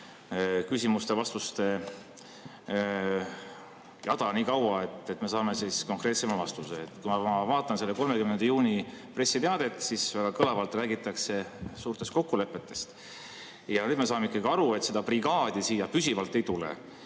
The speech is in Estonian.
küsimuste-vastuste jada nii kaua, kuni me saame konkreetsema vastuse. Kui ma vaatan seda 30. juuni pressiteadet, siis väga kõlavalt räägitakse suurtest kokkulepetest. Ja nüüd me saame ikkagi aru, et seda brigaadi siia püsivalt ei tule.